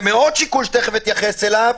ומעוד שיקול שתיכף אני אתייחס אליו,